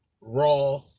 raw